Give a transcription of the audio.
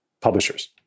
publishers